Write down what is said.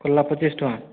କଲରା ପଚିଶ୍ ଟଙ୍ଗା